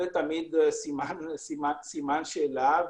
זה תמיד סימן שאלה,